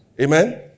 Amen